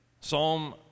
Psalm